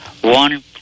One